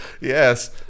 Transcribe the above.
yes